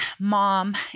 mom